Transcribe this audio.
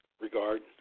regard